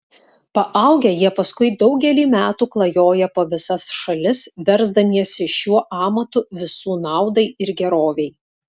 paaugę jie paskui daugelį metų klajoja po visas šalis versdamiesi šiuo amatu visų naudai ir gerovei